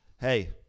hey